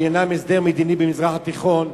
שעניינם הסדר מדיני במזרח התיכון,